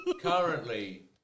currently